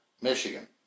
Michigan